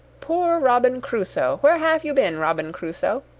poor robin crusoe, where have you been, robin crusoe